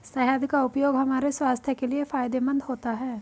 शहद का उपयोग हमारे स्वास्थ्य के लिए फायदेमंद होता है